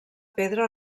pedra